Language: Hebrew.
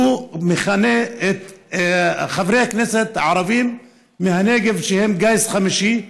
והוא מכנה את חברי הכנסת הערבים מהנגב גיס חמישי,